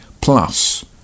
Plus